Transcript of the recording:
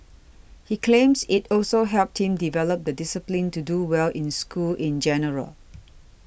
he claims it also helped him develop the discipline to do well in school in general